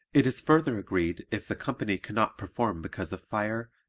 it is further agreed if the company cannot perform because of fire,